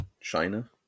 China